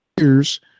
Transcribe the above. years